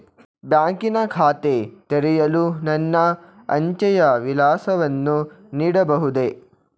ಬ್ಯಾಂಕಿನ ಖಾತೆ ತೆರೆಯಲು ನನ್ನ ಅಂಚೆಯ ವಿಳಾಸವನ್ನು ನೀಡಬಹುದೇ?